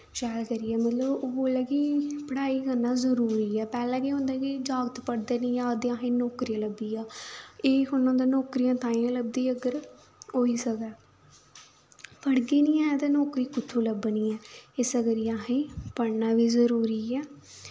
शैल करियै मतलब ओह् बोल्लै कि पढ़ाई करना जरूरी ऐ पैह्लें केह् होंदा हा कि जागत पढ़दे नी ऐ हे आखदे हे असेंगी नौकरी लब्भी जा एह् थोह्ड़े ना होंदा नौकरी तां गै लभदी अगर होई सकै पढ़गे नी ऐं ते नौकरी कुत्थूं लब्भनी ऐ इस्सै करियै असेंगी पढ़ना बी जरूरी ऐ